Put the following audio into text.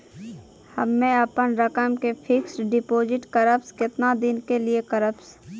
हम्मे अपन रकम के फिक्स्ड डिपोजिट करबऽ केतना दिन के लिए करबऽ?